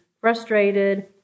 frustrated